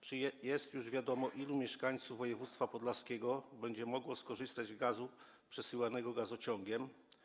Czy jest już wiadomo, ilu mieszkańców województwa podlaskiego będzie mogło skorzystać z gazu przesyłanego gazociągiem?